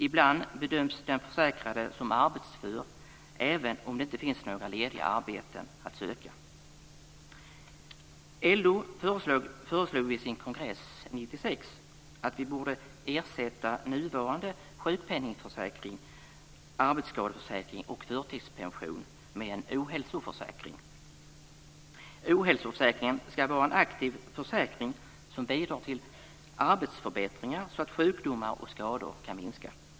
Ibland bedöms den försäkrade som arbetsför även om det inte finns några lediga arbeten att söka. LO föreslog vid sin kongress 1996 att vi borde ersätta nuvarande sjukpenningförsäkring, arbetsskadeförsäkring och förtidspension med en ohälsoförsäkring. Ohälsoförsäkringen ska vara en aktiv försäkring som bidrar till arbetsförbättringar, så att sjukdomar och skador kan minska.